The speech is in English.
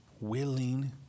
willing